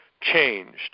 changed